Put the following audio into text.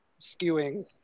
skewing